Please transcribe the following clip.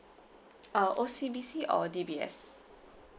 uh O_C_B_C or D_B_S